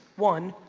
one,